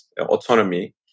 autonomy